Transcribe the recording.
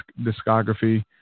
discography